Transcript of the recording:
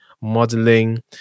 modeling